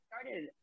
started